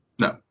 no